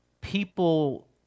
people